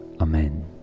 amen